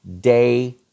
day